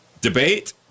Debate